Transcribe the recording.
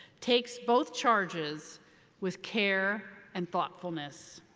takes both charges with care and thoughtfulness.